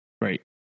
Right